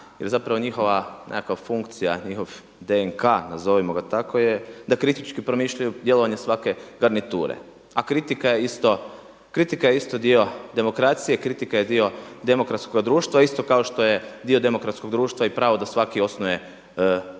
jer zapravo njihova nekakva funkcija, njihov DNK nazovimo ga tako je da kritički promišljaju djelovanje svake garniture, a kritika je isto dio demokracije, kritika je dio demokratskoga društva isto kao što je dio demokratskog društva i pravo da svaki osnuje udrugu